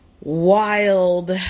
wild